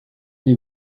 des